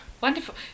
Wonderful